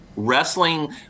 Wrestling